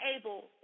able